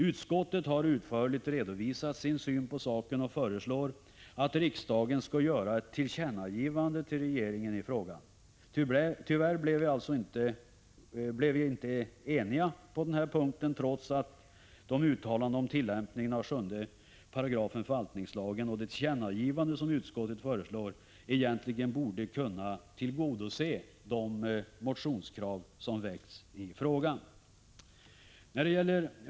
Utskottet har utförligt redovisat sin syn på saken och föreslår att riksdagen skall göra ett tillkännagivande till regeringen i frågan. Tyvärr blev vi alltså inte eniga på denna punkt trots att de uttalanden om tillämpningen av 7 § förvaltningslagen och det tillkännagivande som utskottet föreslår egentligen borde kunna tillgodose de motionskrav som väckts i frågan.